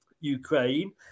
Ukraine